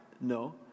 no